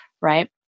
right